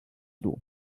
door